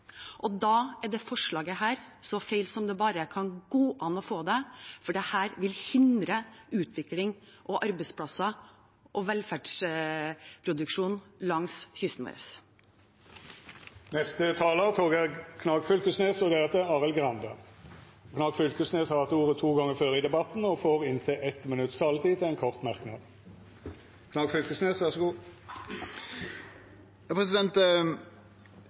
til. Da er dette forslaget så feil som det kan gå an å få det, for dette vil hindre utvikling, arbeidsplasser og velferdsproduksjon langs kysten vår. Representanten Torgeir Knag Fylkesnes har hatt ordet to gonger tidlegare og får ordet til ein kort merknad,